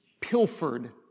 pilfered